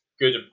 good